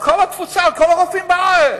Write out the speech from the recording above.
לכל התפוצה, לכל הרופאים בארץ: